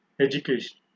education